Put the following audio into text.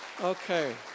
Okay